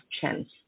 chance